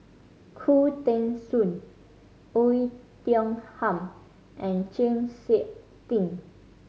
Khoo Teng Soon Oei Tiong Ham and Chng Seok Tin